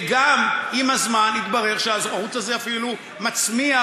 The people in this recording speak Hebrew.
וגם עם הזמן התברר שהערוץ הזה אפילו מצמיח